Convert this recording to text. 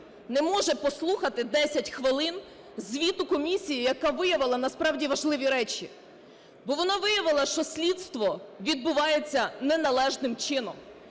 не може послухати 10 хвилин звіт комісії, яка виявила насправді важливі речі. Бо вона виявила, що слідство відбувається неналежним чином.